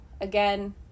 again